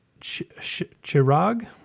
Chirag